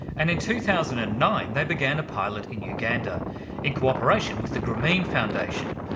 and in two thousand and nine they began a pilot in uganda in co-operation with the grameen foundation,